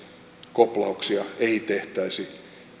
koplauksia ei tehtäisi